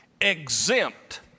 exempt